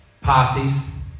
Parties